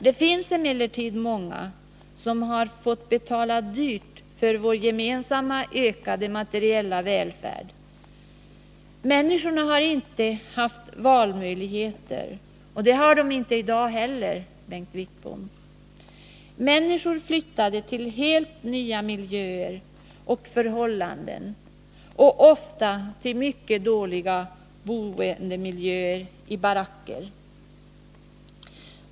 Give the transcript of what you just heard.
Det finns emellertid många som har fått betala dyrt för vår gemensamma ökade materiella välfärd. Människorna hade inte några valmöjligheter — och de har det inte i dag heller, Bengt Wittbom. Människor flyttade till helt nya miljöer och förhållanden och ofta till mycket dåliga boendemiljöer i baracker.